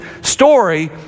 story